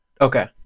Okay